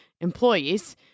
employees